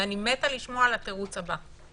ואני מתה לשמוע על התירוץ הבא.